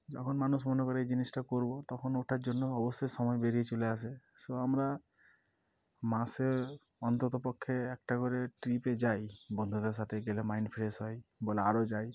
যখন মানুষ মনে করে এই জিনিসটা করব তখন ওটার জন্য অবশ্যই সময় বেরিয়ে চলে আসে সো আমরা মাসে অন্তত পক্ষে একটা করে ট্রিপে যাই বন্ধুদের সাথে গেলে মাইন্ড ফ্রেশ হয় বলে আরও যাই